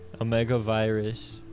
omega-virus